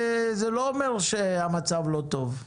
זה לא אומר שהמצב לא טוב.